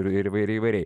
ir įvairiai įvairiai